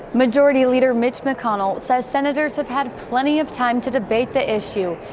majority leader mitchell mcconnell says senators have had plenty of time to debate the issue,